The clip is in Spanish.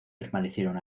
permanecieron